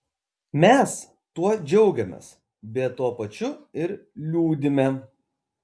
mes tuo džiaugiamės bet tuo pačiu ir liūdime